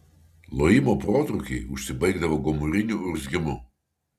lojimo protrūkiai užsibaigdavo gomuriniu urzgimu